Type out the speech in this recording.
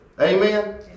Amen